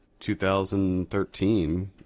2013